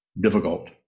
difficult